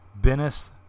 Bennis